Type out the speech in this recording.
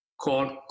called